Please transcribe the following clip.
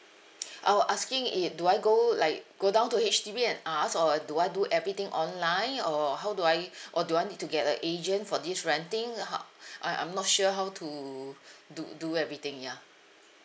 I will asking it do I go like go down to H_D_B and ask or do I do everything online or how do I or do I need to get a agent for this renting uh ho~ I I'm not sure how to do do everything ya